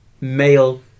male